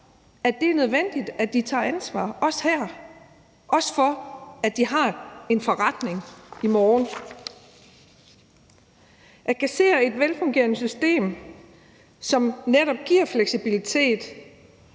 at det er nødvendigt, at de tager ansvar, også her, også for at de har en forretning i morgen. At kassere et velfungerende system, som netop giver fleksibilitet,